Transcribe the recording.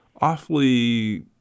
awfully